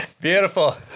Beautiful